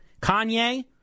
Kanye